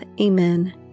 Amen